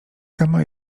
kama